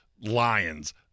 Lions